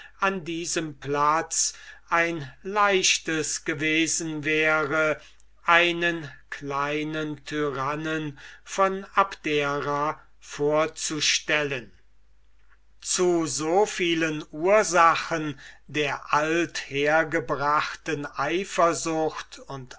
an diesem platz ein leichtes gewesen wäre einen kleinen tyrannen von abdera vorzustellen zu so vielen ursachen der althergebrachten eifersucht und